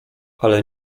ale